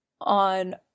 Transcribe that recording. On